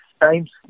times